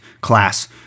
class